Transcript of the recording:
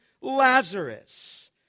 Lazarus